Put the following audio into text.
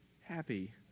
happy